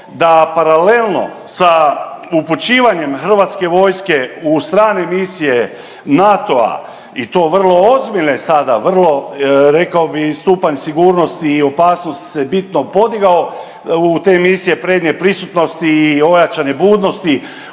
da paralelno sa upućivanjem HV-a u strane misije NATO-a i to vrlo ozbiljne sada, vrlo rekao bi stupanj sigurnosti i opasnosti se bitno podigao u te misije prednje prisutnosti i ojačane budnosti,